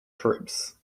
troops